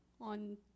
On